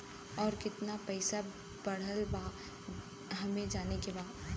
और कितना पैसा बढ़ल बा हमे जाने के बा?